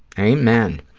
amen.